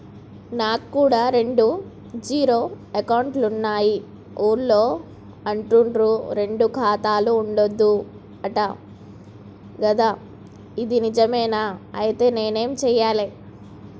నా కాడా రెండు జీరో అకౌంట్లున్నాయి ఊళ్ళో అంటుర్రు రెండు ఖాతాలు ఉండద్దు అంట గదా ఇది నిజమేనా? ఐతే నేనేం చేయాలే?